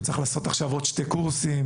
הוא צריך לעשות עוד שני קורסים?